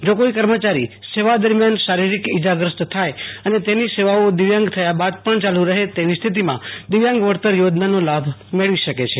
જો કોઇ કમર્યારી સેવા દરમિયાન શારીરિક ઈજાગ્રસ્ત થાય અને તેની સેવાઓ દિવ્યાંગ થયા બાદ પણ યાલુ રહે તેવી સ્થિતિમાં દિવ્યાંગ વળતર યોજનાનો લાભ મેળવી શકે છે